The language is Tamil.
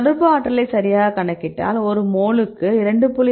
தொடர்பு ஆற்றலை சரியாகக் கணக்கிட்டால் ஒரு மோலுக்கு 2